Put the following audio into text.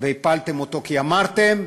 והפלתם אותו, כי אמרתם: